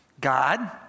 God